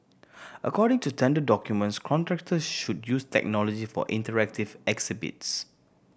according to tender documents contractor should use technology for interactive exhibits